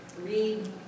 read